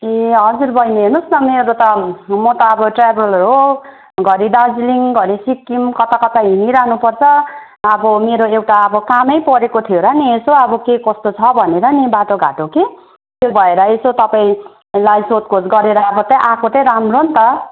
ए हजुर बहिनी हेर्नुहोस् न मेरो त म त अब ट्राभलर हो घरि दार्जिलिङ घरि सिक्किम कता कता हिँडिरहनु पर्छ अब मेरो त्यता कामै परेको थियो र नि यसो अब के कस्तो छ भनेर नि बाटोघाटो कि त्यही भएर यसो तपाईँलाई सोधखोज गरेर आएको चाहिँ राम्रो नि त